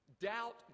Doubt